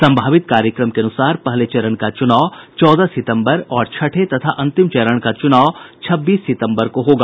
सम्भावित कार्यक्रम के अनुसार पहले चरण का चुनाव चौदह सितम्बर और छठे तथा अंतिम चरण का चुनाव छब्बीस सितम्बर को होगा